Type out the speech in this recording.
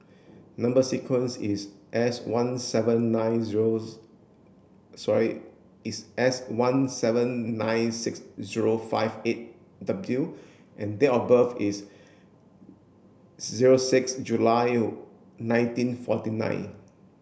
number sequence is S one seven nine zeros sorry is S one seven nine six zero five eight W and date of birth is zero six July nineteen forty nine